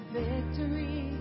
victory